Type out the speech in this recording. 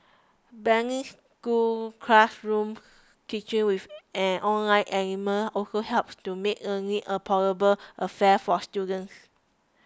blending classroom teaching with an online element also helps to make learning a portable affair for students